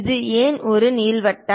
இது ஏன் ஒரு நீள்வட்டம்